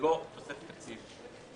וזאת לא תוספת תקציב.